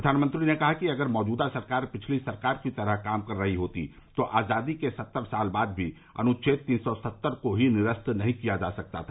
प्रधानमंत्री ने कहा कि अगर मौजूदा सरकार पिछली सरकार की तरह काम कर रही होती तो आजादी के सत्तर साल बाद मी अनुच्छेद तीन सौ सत्तर को ही निरस्त नहीं किया जा सकता था